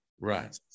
Right